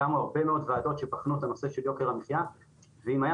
קמו הרבה מאוד ועדות שבחנו את הנושא של יוקר המחיה ואם אנחנו